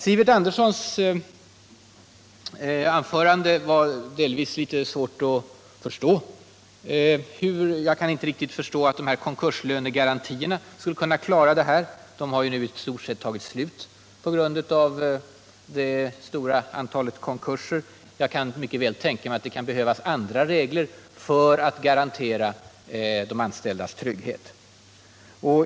Sivert Anderssons anförande var delvis litet svårt att förstå. Jag kan inte riktigt begripa att konkurslönegarantierna skulle kunna klara de här problemen. Pengarna där har i stort sett tagit slut på grund av det stora antalet konkurser. Jag kan mycket väl tänka mig att det kan behövas andra regler för att garantera de anställdas trygghet.